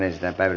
asia